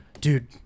Dude